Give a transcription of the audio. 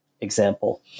example